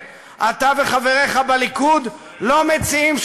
לשמוע יום-יום מה שהם לומדים שם,